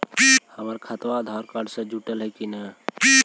हमर खतबा अधार से जुटल हई कि न?